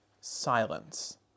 silence